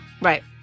Right